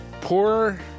Poor